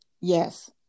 yes